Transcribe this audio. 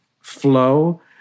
flow